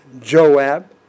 Joab